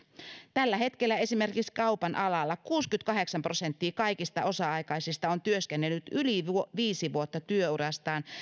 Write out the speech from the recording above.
tällä hetkellä esimerkiksi kaupan alalla kuusikymmentäkahdeksan prosenttia kaikista osa aikaisista on työskennellyt yli viisi vuotta työurastaan